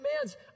commands